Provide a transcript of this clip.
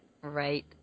Right